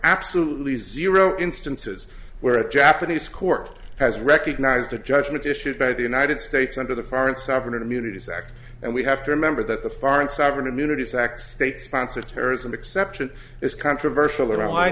absolutely zero instances where a japanese court has recognized the judgment issued by the united states under the foreign sovereign immunity sec and we have to remember that the foreign sovereign immunity sachs state sponsored terrorism exception is controversial around wh